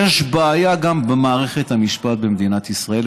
יש בעיה גם במערכת המשפט במדינת ישראל,